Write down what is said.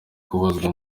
kubaza